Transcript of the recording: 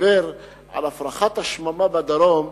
כשדיבר על הפרחת השממה בדרום,